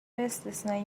استثنایی